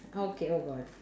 okay oh god